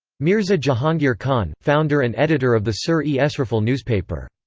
mirza jahangir khan founder and editor of the sur-e esrafil newspaper.